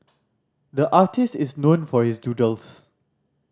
the artist is known for his doodles